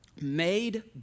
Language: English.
made